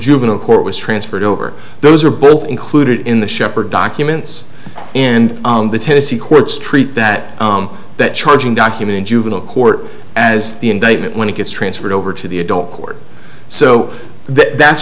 juvenile court was transferred over those are both included in the sheppard documents and the tennessee courts treat that that charging document in juvenile court as the indictment when it gets transferred over to the adult court so that